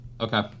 Okay